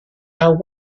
are